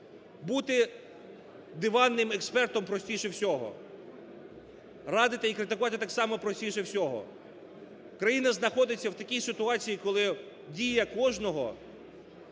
Бути диванним експертом простіше всього, радити і критикувати так само простіше всього. Країна знаходиться в такій ситуації, коли дія кожного,